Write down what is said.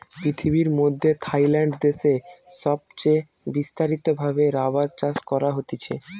পৃথিবীর মধ্যে থাইল্যান্ড দেশে সবচে বিস্তারিত ভাবে রাবার চাষ করা হতিছে